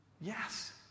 Yes